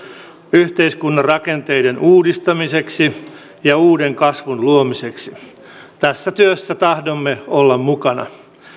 yhteiskunnan rakenteiden uudistamiseksi ja uuden kasvun luomiseksi tässä työssä tahdomme olla mukana